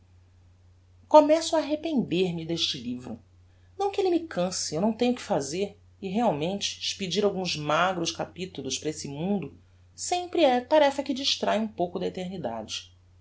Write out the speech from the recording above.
começo a arrepender-me deste livro não que elle me cance eu não tenho que fazer e realmente expedir alguns magros capitulos para esse mundo sempre é tarefa que distráe um pouco da eternidade